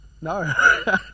No